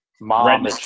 mom